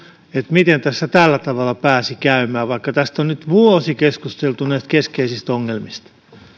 miten tässä tällä tavalla pääsi käymään vaikka on nyt vuosi keskusteltu näistä keskeisistä ongelmista